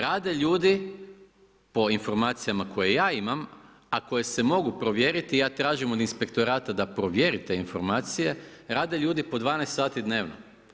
Rade ljudi po informacijama koje ja imam a koje se mogu provjeriti, ja tražim od inspektorata da provjeri te informacije, rade ljudi pod 12 sati dnevno.